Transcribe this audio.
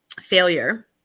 failure